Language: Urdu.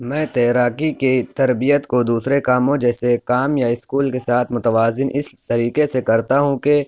میں تیراکی کے تربیت کو دوسرے کاموں جیسے کام یا اسکول کے ساتھ متوازن اِس طریقے سے کرتا ہوں کہ